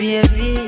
Baby